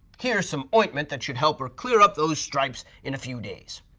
here is some ointment that should help her clear up those stripes in a few days.